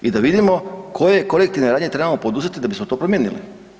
I da vidimo koje kolektivne radnje trebamo poduzeti da bismo to promijenili.